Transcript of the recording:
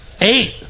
Eight